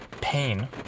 pain